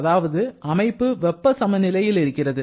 அதாவது அமைப்பு வெப்பச் சமநிலையில் இருக்கிறது